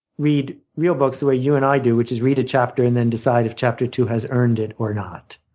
read real books the way you and i do, which is read a chapter and then decide if chapter two has earned it or not.